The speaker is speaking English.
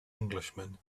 englishman